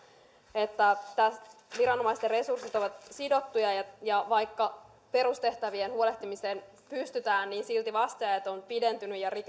että viranomaisten resurssit ovat sidottuja ja ja vaikka perustehtävien huolehtimiseen pystytään niin silti vasteajat ovat pidentyneet ja